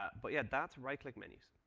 ah but yeah that's right click menus.